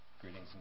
Greetings